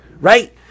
right